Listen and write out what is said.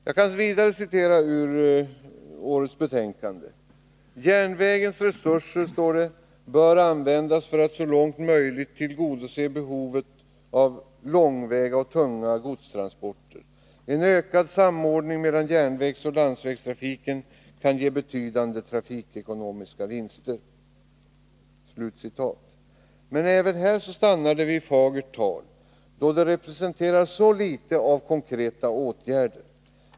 Jag kan vidare citera ur utskottets betänkande: ”Järnvägens resurser bör användas för att så långt möjligt tillgodose behovet av långväga och tunga godstransporter. En ökad samordning mellan järnvägsoch landsvägstrafiken kan ge betydande trafikekonomiska vinsten.” Men även detta stannar vid fagert tal, då det representerar så litet av konkreta åtgärder.